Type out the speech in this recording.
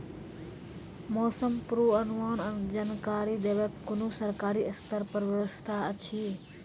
मौसम पूर्वानुमान जानकरी देवाक कुनू सरकारी स्तर पर व्यवस्था ऐछि?